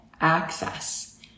access